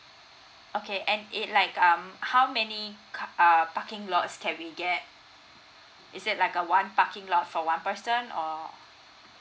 okay and it like um how many ca~ err parking lots can we get is it like a one parking lot for one person or